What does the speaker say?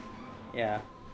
ya